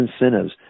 incentives